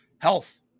health